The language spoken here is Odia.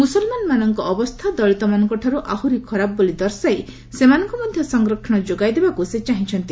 ମୁସଲମାନଙ୍କ ଅବସ୍ଥା ଦଳିତମାନଙ୍କ ଠାରୁ ଆହର୍ତି ଖରାପ ବୋଲି ଦର୍ଶାଇ ସେମାନଙ୍କୁ ମଧ୍ୟ ସଂରକ୍ଷଣ ଯୋଗାଇ ଦେବାକୁ ସେ ଚାହିଁଛନ୍ତି